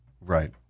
Right